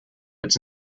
it’s